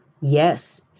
Yes